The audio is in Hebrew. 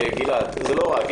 אבל זה לא רק.